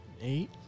Eight